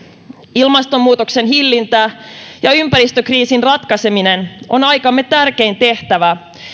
ilmastonmuutoksen hillintä ja ympäristökriisin ratkaiseminen on aikamme tärkein tehtävä